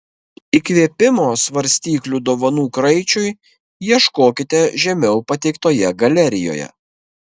įkvėpimo svarstyklių dovanų kraičiui ieškokite žemiau pateiktoje galerijoje